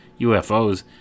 UFOs